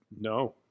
No